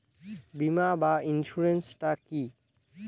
বিমা বা ইন্সুরেন্স টা কি?